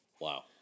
Wow